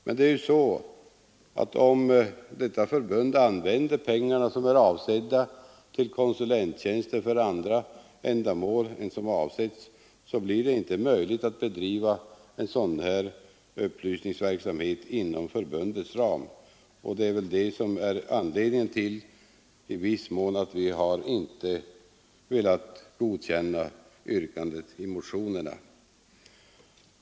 Men om förbundet för andra ändamål använder pengar som är avsedda till konsulenttjänster, blir det inte möjligt att bedriva en sådan här upplysningsverksamhet inom förbundets ram. Detta är väl i viss mån anledningen till att vi inte velat godkänna yrkandet i motionerna.